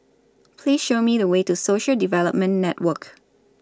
Please Show Me The Way to Social Development Network